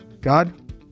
God